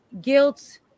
guilt